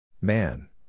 Man